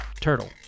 Turtle